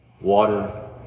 water